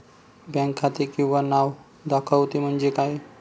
Bank खाते किंवा नाव दाखवते म्हणजे काय?